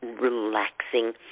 relaxing